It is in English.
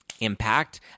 impact